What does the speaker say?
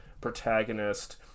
protagonist